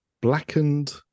blackened